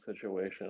situation